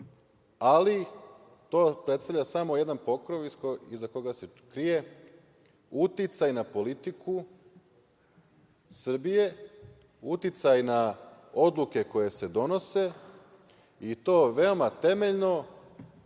Ali, to predstavlja samo jedan pokrov iza koga se krije uticaj na politiku Srbije, uticaj na odluke koje se donose i to veoma temeljno,